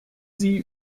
sie